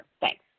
Thanks